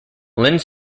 lynne